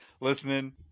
listening